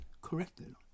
corrected